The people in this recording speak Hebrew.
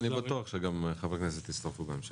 אני בטוח שגם חברי הכנסת יצטרפו בהמשך.